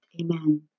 Amen